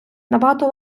набагато